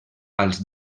als